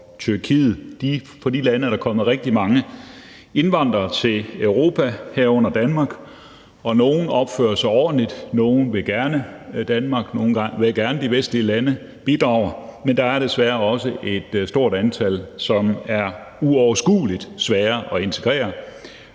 Tyrkiet. Fra de lande er der kommet rigtig mange indvandrere til Europa, herunder Danmark, og nogle opfører sig ordentligt, nogle vil gerne Danmark og de vestlige lande og bidrager, men der er desværre også et stort antal, som er uoverskueligt svære at integrere,